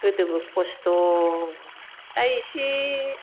गोदोबो खस्थ' दा एसे